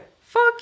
Fuck